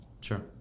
Sure